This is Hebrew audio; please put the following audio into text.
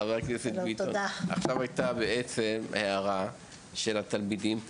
עכשיו הייתה הערה של התלמידים,